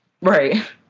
Right